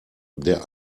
der